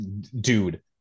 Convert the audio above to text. dude